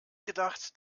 gedacht